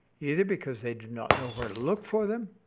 either because they do not know where to look for them,